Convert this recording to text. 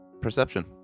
perception